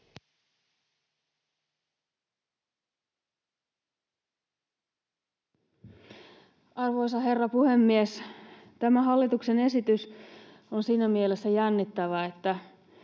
Arvoisa herra puhemies! Tämä hallituksen esitys on siinä mielessä jännittävä, että